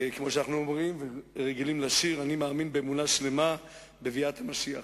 כמו שאנחנו אומרים ורגילים לשיר: אני מאמין באמונה שלמה בביאת המשיח.